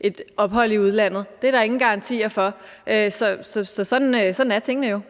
et ophold i udlandet. Det er der ingen